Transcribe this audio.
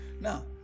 now